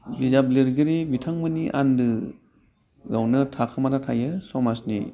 बिजाब लिरगिरि बिथांमोननि आन्दोआवनो थाखोमाना थायो समाजनि